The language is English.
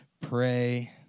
pray